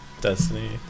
destiny